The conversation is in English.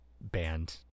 band